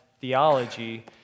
theology